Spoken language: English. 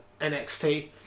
NXT